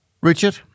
Richard